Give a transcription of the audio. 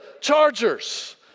chargers